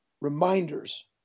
Reminders